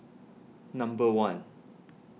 number one